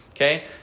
Okay